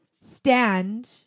stand